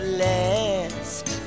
last